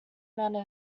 manner